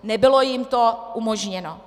Nebylo jim to umožněno.